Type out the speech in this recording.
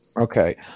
Okay